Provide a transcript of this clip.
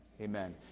Amen